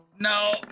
No